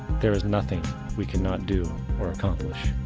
there is nothing we cannot do or accomplish.